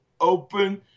open